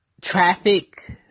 traffic